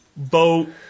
Boat